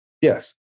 Yes